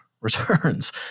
returns